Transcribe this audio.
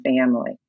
family